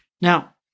Now